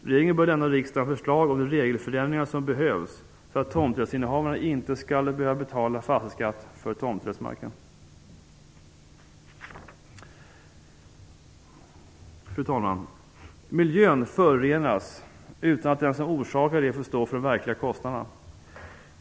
Regeringen bör lämna riksdagen förslag om de regelförändringar som behövs för att tomträttsinnehavaren inte skall behöva betala fastighetsskatt för tomträttsmarken. Fru talman! Miljön förorenas utan att den som orsakar det får stå för de verkliga kostnaderna.